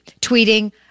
tweeting